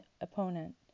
opponent